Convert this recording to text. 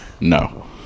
No